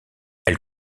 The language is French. elle